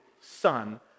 son